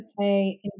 say